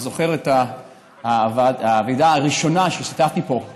אני זוכר את הוועדה הראשונה שהשתתפתי בה פה,